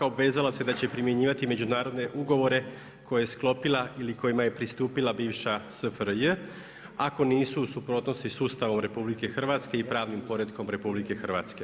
RH obvezala se da će primjenjivati međunarodne ugovore koje je sklopila ili kojima je pristupila bivša SFRJ ako nisu u suprotnosti sa Ustavom RH i pravnim poretkom RH.